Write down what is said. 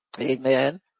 Amen